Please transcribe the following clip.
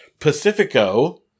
Pacifico